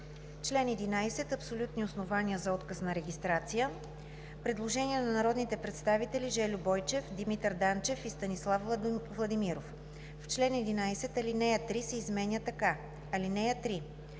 „Член 11 – Абсолютни основания за отказ на регистрация“. Има предложение на народните представители Жельо Бойчев, Димитър Данчев и Станислав Владимиров: „В чл. 11 ал. 3 се изменя така: „(3)